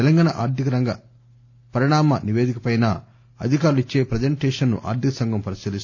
తెలంగాణ ఆర్థిక రంగ పరిణామ నివేదికపై అధికారులు ఇచ్చే ప్రజెంటేషస్ ను ఆర్థిక సంఘం పరిశీలిస్తోంది